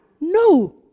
No